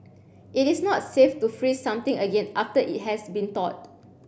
it is not safe to freeze something again after it has been thawed